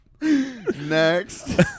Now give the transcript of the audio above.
Next